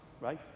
right